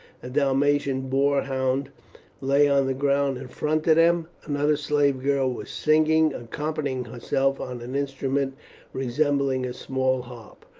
a dalmatian bore hound lay on the ground in front of them. another slave girl was singing, accompanying herself on an instrument resembling a small harp,